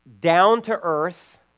down-to-earth